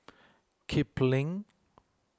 Kipling